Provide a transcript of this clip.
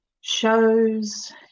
shows